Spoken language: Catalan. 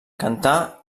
cantà